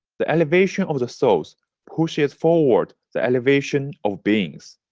the elevation of the souls pushes forward the elevation of beings.